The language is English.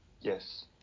Yes